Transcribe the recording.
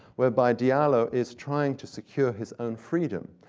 whereby diallo is trying to secure his own freedom.